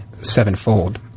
sevenfold